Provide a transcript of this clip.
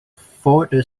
florida